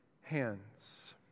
hands